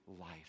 life